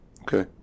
Okay